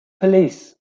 police